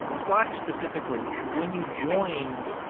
slack specifi cally, when you joined,